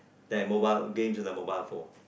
their mobile games on their phone